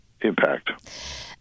impact